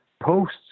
posts